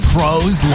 Pros